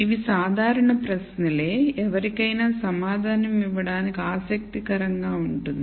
ఇవి సాధారణ ప్రశ్నలే ఎవరికైనా సమాధానం ఇవ్వడానికి ఆసక్తికరంగా ఉంటుంది